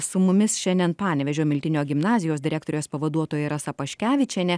su mumis šiandien panevėžio miltinio gimnazijos direktorės pavaduotoja rasa paškevičienė